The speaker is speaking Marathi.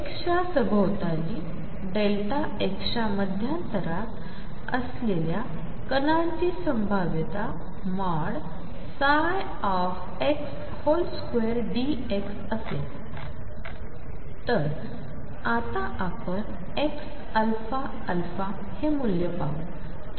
च्या सभोवताली Δx च्या मध्यांतरात असलेल्या कणांची संभाव्यता ψ2Δx असेल तर आता आपण xαα हे मूल्य पाहू